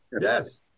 Yes